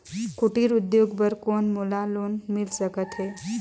कुटीर उद्योग बर कौन मोला लोन मिल सकत हे?